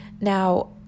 Now